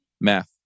Math